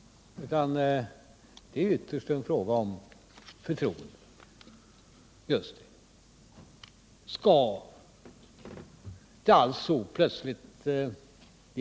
Vad det här ytterst är fråga om, det är förtroende.